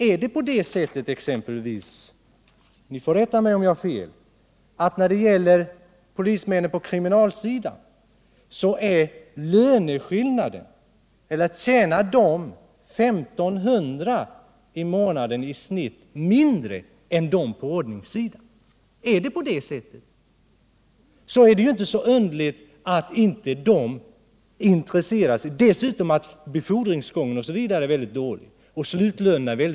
Är det exempelvis så — ni får rätta mig om jag har fel — att polismännen på kriminalsidan i genomsnitt tjänar 1 500 kr. i månaden mindre än poliserna på ordningssidan? I så fall är det inte så underligt att de inte är intresserade. Dessutom är befordringsgången och slutlönerna mycket otillfredsställande.